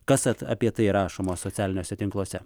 kas vat apie tai rašoma socialiniuose tinkluose